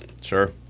Sure